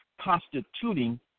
Constituting